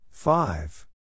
Five